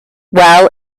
well